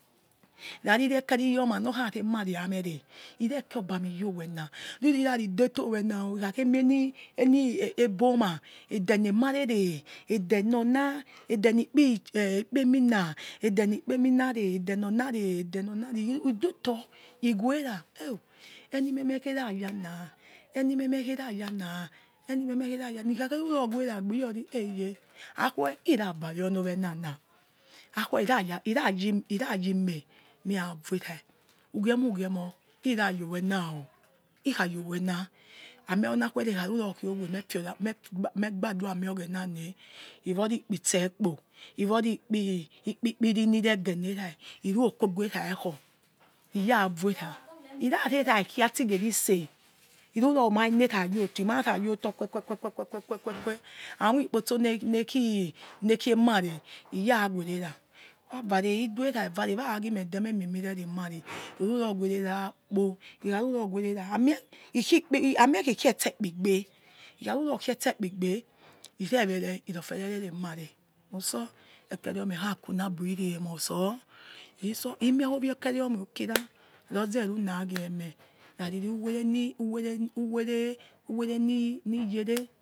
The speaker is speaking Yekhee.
Rariri ekeri yor ma nor kha rema reyamere ireke obami yor mena irirari detor owena o ikhake mie eni ebo mah edenu emarere ederar ede oba edeni kpe edenorna edenikp minare edenomara edenornareidetor iwera eho enumeme khera yana enumemekh ereyana khakheu ruror weh ragbe iyori eyeh gue inavare oni owenana akuwe ira yi ime irayi ime meravoira ugiemor ugiemor irayowena o ikhay orurena ami onu akuwe ra iraruro khiowe meh fiora mhe gbadus mior oghene nana ivori ikpitwe kpo ovori ikpikpi ri nira general irue okogha era akhor iravoirah irarenah khia sigeri ise iruror mai enerah your otor imara yo tor guegueguegueguegue amoi ikptse nekhi emare iyawere ra wave re iduekra vare waragi mede memie mi rereh emare iruror were ra kpo ikha ruror were ra amie khi kpegoro amie khi khei tse ekpa igbe ire were irofiere re remare utso ekerio meh khaku na abor ririemor utsor isor owie keriomeh rukira roz iruna ghie meh rariri uwere uwere niyere